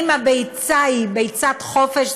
אם הביצה היא ביצת חופש,